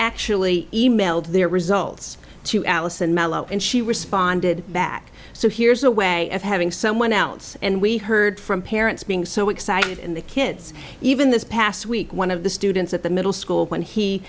actually e mailed their results to allison melo and she responded back so here's a way of having someone else and we heard from parents being so excited and the kids even this past week one of the students at the middle school when he